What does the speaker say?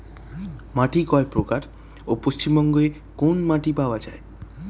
মাটি কয় প্রকার ও পশ্চিমবঙ্গ কোন মাটি পাওয়া য়ায়?